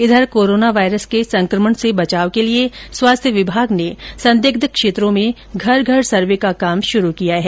इधर corona virus के संकमण से बचाव के लिए स्वास्थ्य विभाग ने संदिग्ध क्षेत्रों में घर घर सर्वे का काम शुरू किया है